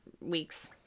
weeks